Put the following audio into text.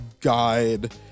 guide